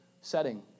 setting